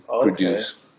produce